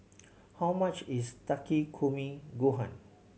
how much is Takikomi Gohan